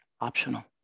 optional